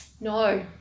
No